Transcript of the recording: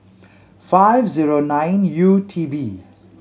five zero nine U T B